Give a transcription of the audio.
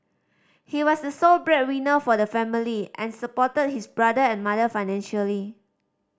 he was the sole breadwinner for the family and supported his brother and mother financially